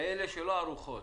לאלה שלא ערוכות.